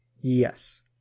Yes